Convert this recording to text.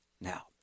Now